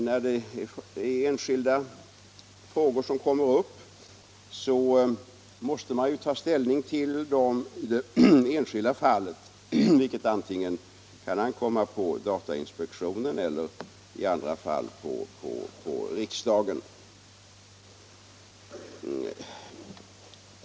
När enskilda frågor kommer upp måste man ta ställning till dem i det enskilda fallet, vilket kan ankomma antingen på datainspektionen eller i andra fall på riksdagen.